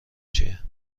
چیه